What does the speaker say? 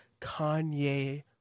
Kanye